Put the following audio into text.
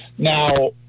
Now